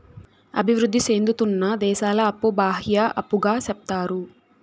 అభివృద్ధి సేందుతున్న దేశాల అప్పు బాహ్య అప్పుగా సెప్తారు